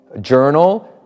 journal